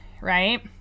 right